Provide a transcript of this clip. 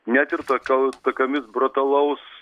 net ir tokio tokiomis brutalaus